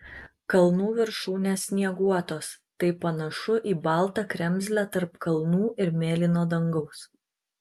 kalnų viršūnės snieguotos tai panašu į baltą kremzlę tarp kalnų ir mėlyno dangaus